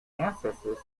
ancestors